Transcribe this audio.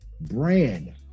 brand